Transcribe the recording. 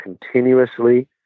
continuously